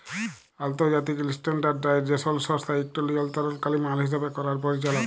আলতর্জাতিক ইসট্যানডারডাইজেসল সংস্থা ইকট লিয়লতরলকারি মাল হিসাব ক্যরার পরিচালক